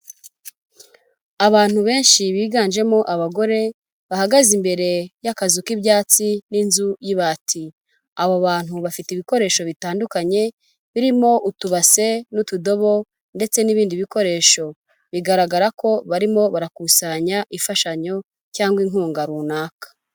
Abantu benshi biganjemo abagore, bahagaze imbere y'akazu k'ibyatsi n'inzu y'ibati, abo bantu bafite ibikoresho bitandukanye birimo utubase n'utudobo ndetse n'ibindi bikoresho, bigaragara ko barimo barakusanya imfashanyo cyangwa inkunga runaka.